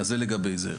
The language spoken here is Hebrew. אז זה לגבי זה.